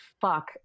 fuck